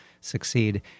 succeed